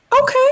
Okay